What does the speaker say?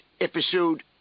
episode